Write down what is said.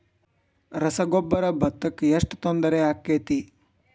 ರಸಗೊಬ್ಬರ, ಭತ್ತಕ್ಕ ಎಷ್ಟ ತೊಂದರೆ ಆಕ್ಕೆತಿ?